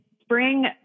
spring